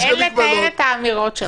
אין לתאר את האמירות שלך.